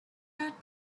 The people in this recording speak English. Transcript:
not